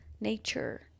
nature